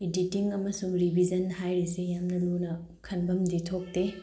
editing ꯑꯃꯁꯨꯡ revision ꯍꯥꯏꯔꯤꯁꯤ ꯌꯥꯅ ꯂꯨꯅ ꯈꯟꯐꯝꯗꯤ ꯊꯣꯛꯇꯦ